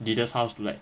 leader's house to like